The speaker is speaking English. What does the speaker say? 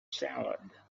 salad